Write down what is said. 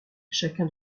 chacun